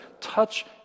touch